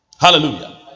Hallelujah